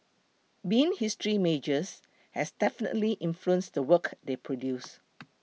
being history majors has definitely influenced the work they produce